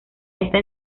esta